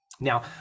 Now